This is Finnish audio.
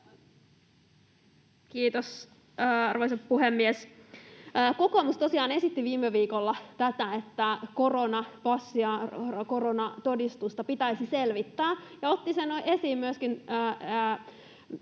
Kiitos, arvoisa puhemies! Kokoomus tosiaan esitti viime viikolla tätä, että koronapassia, koronatodistusta, pitäisi selvittää, ja otti sen esiin myöskin